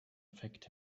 affect